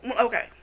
Okay